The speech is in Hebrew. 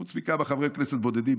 חוץ מכמה חברי כנסת בודדים,